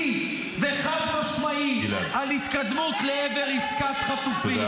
וחד-משמעי על התקדמות לעבר עסקת חטופים.